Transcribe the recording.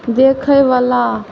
देखयवला